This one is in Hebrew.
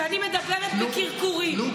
דודי אמסלם אמר לי שאני מדברת בקרקורים.